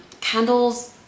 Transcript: Candles